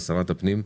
משרד הפנים,